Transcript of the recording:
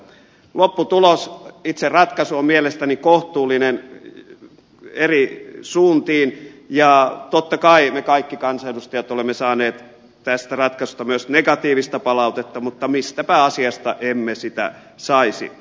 lopputulos itse ratkaisu on mielestäni kohtuullinen eri suuntiin ja totta kai me kaikki kansanedustajat olemme saaneet tästä ratkaisusta myös negatiivista palautetta mutta mistäpä asiasta emme sitä saisi